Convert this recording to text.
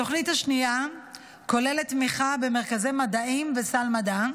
התוכנית השנייה כוללת תמיכה במרכזי מדעים וסל מדע.